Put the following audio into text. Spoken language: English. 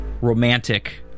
romantic